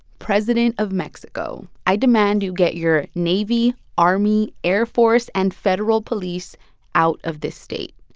president of mexico, i demand you get your navy, army, air force and federal police out of this state.